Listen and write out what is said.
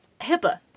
HIPAA